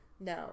no